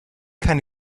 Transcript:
kein